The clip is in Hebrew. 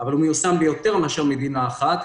אבל הוא מיושם ביותר מאשר מדינה אחת,